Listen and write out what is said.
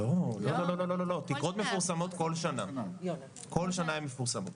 ובלבד שמתקיים בכולם יחד אחד מאלה: [מה השיקולים לקביעת תקרה משותפת?